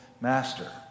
Master